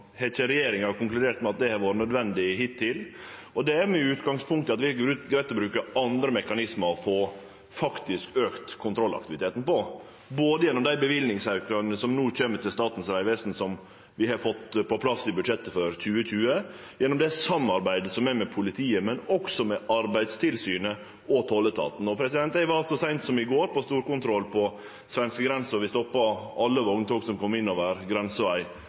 har ikkje regjeringa konkludert med at det har vore nødvendig hittil, og det er med utgangspunkt i at det er greitt å bruke andre mekanismar for å auke kontrollaktiviteten, gjennom auken i løyve som no kjem til Statens vegvesen, som vi har fått på plass i budsjettet for 2020, gjennom samarbeidet som er med politiet, men også med Arbeidstilsynet og tolletaten. Eg var så seint som i går på storkontroll på svenskegrensa. Vi stoppa alle vogntog som kom inn over